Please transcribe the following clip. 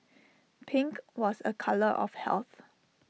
pink was A colour of health